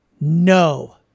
No